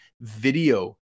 video